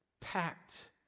packed